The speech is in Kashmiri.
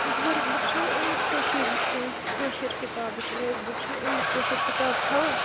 ٹھیٖک ؤرک بُک چھَوٕ أنۍ مژ کٔشیٖر کٲشر کتابچ ؤرک بُک چھَوٕ أنۍ مژ کٲشر کتاب چھَوٕ